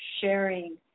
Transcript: sharing